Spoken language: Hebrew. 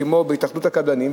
כמו בהתאחדות הקבלנים,